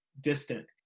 distant